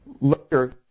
Later